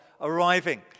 arriving